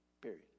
period